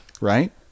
right